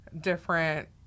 different